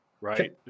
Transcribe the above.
right